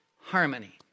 harmony